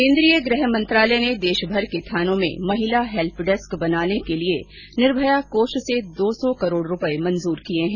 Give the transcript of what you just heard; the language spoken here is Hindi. केंद्रीय गृह मंत्रालय ने देशभर के थानों में महिला हैल्प डेस्क बनाने के लिए निर्भया कोष से सौ करोड़ रुपये मंजूर किए हैं